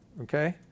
Okay